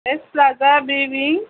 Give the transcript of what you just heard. S plaza B wing